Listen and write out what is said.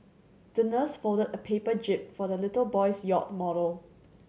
the nurse folded a paper jib for the little boy's yacht model